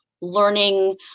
learning